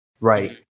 right